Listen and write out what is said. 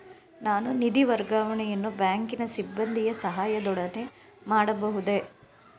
ನಾನು ನಿಧಿ ವರ್ಗಾವಣೆಯನ್ನು ಬ್ಯಾಂಕಿನ ಸಿಬ್ಬಂದಿಯ ಸಹಾಯದೊಡನೆ ಮಾಡಬಹುದೇ?